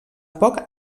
poc